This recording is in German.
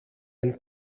ein